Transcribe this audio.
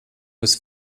was